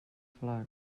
flac